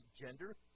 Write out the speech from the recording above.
gender